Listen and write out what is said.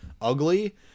ugly